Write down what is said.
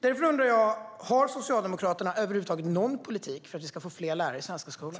Därför undrar jag: Har Socialdemokraterna någon politik över huvud taget för att vi ska få fler lärare i den svenska skolan?